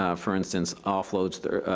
um for instance, offloads their,